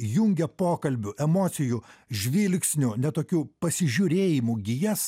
įjungia pokalbių emocijų žvilgsnių ne tokių pasižiūrėjimų gijas